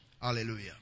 Hallelujah